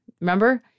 remember